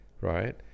right